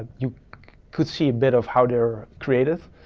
you could see a bit of how they are created,